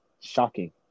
Shocking